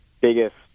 biggest